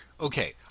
Okay